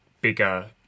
bigger